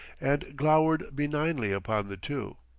and glowered benignly upon the two.